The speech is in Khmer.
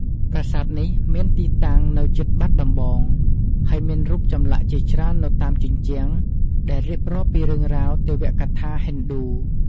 ប្រាសាទនេះមានទីតាំងនៅជិតបាត់ដំបង ហើយមានរូបចម្លាក់ជាច្រើននៅតាមជញ្ជាំង ដែលរៀបរាប់ពីរឿងរ៉ាវទេវកថាហិណ្ឌូ។